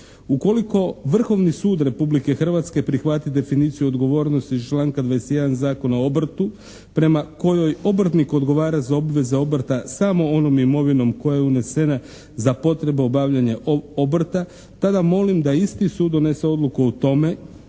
Ukoliko Vrhovni sud Republike Hrvatske prihvati definiciju odgovornosti iz članka 21. Zakona o obrtu prema kojoj obrtnik odgovara za obveze obrta samo onom imovinom koja je unesena za potrebe obavljanja obrta tada molim da isti sud donese odluku o tome